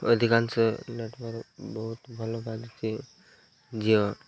ଅଧିକାଂଶ ନେଟୱାର୍କ୍ ବହୁତ ଭଲ ବାଜୁଛି ଜିଓ